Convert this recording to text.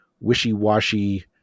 wishy-washy